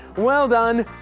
well done!